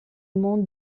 monde